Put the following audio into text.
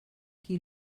qui